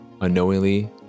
unknowingly